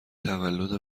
تولد